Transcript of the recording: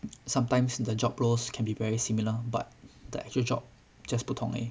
sometimes the job roles can be very similar but the actual job just 不同而已